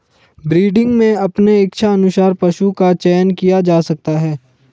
breeding में अपने इच्छा अनुसार पशु का चयन किया जा सकता है